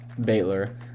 Baylor